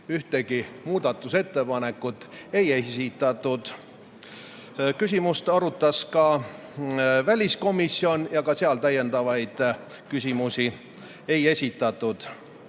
ühtegi muudatusettepanekut ei esitatud. Küsimust arutas ka väliskomisjon ja seal täiendavaid küsimusi ei esitatud.